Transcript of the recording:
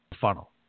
funnel